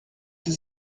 die